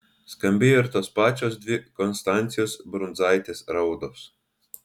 skambėjo ir tos pačios dvi konstancijos brundzaitės raudos